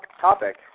topic